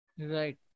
Right